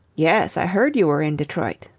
yes, i heard you were in detroit.